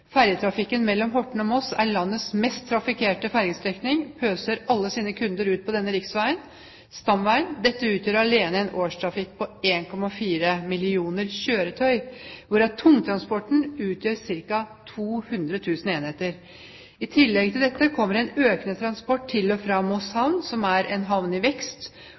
mellom Horten og Moss er landets mest trafikkerte ferjestrekning og pøser alle sine kunder ut på denne stamveien. Dette utgjør alene en årstrafikk på 1,4 millioner kjøretøy, hvorav tungtransporten utgjør ca. 200 000 enheter. I tillegg til dette kommer en økende transport til og fra Moss havn, som er en